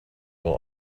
will